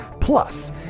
Plus